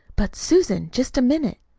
but, susan, just a minute!